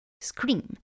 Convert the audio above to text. scream